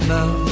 now